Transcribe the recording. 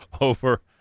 Over